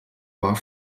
war